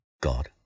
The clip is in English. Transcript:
God